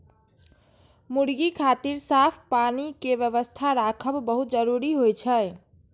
मुर्गी खातिर साफ पानी के व्यवस्था राखब बहुत जरूरी होइ छै